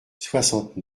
soixante